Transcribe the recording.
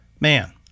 man